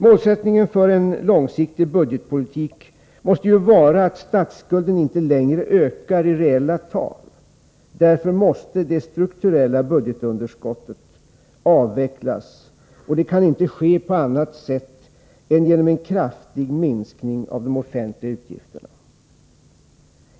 Målsättningen för en långsiktig budgetpolitik måste vara att statsskulden inte längre ökar i reella tal. Därför måste det strukturella budgetunderskottet avvecklas, och det kan inte ske på annat sätt än genom en kraftig minskning av de offentliga utgifterna.